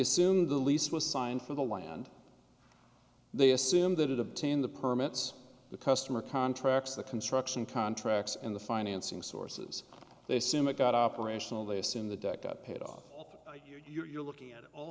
assume the lease was signed for the land they assume that it obtained the permits the customer contracts the construction contracts and the financing sources they soumik got operational they assume the debt got paid off you're looking at all